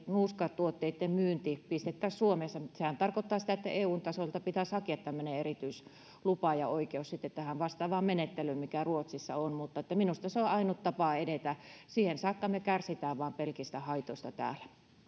nuuskatuotteiden myynti pistettäisiin suomessa samanlaiseen lailliseen kontrolliin sehän tarkoittaisi sitä että eun tasolta pitäisi hakea tämmöinen erityislupa ja oikeus sitten tähän vastaavaan menettelyyn mikä ruotsissa on mutta minusta se on ainut tapa edetä siihen saakka me kärsimme vain pelkistä haitoista täällä